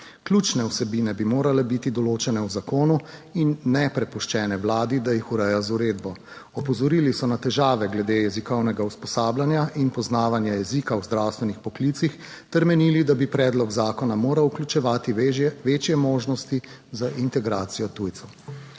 Ključne vsebine bi morale biti določene v zakonu in ne prepuščene vladi, da jih ureja z uredbo. Opozorili so na težave glede jezikovnega usposabljanja in poznavanja jezika v zdravstvenih poklicih ter menili, da bi predlog zakona moral vključevati večje možnosti za integracijo tujcev.